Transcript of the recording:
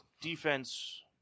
defense